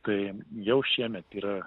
tai jau šiemet yra